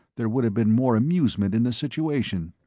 there would have been more amusement in the situation.